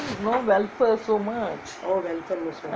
no welfare so much